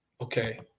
okay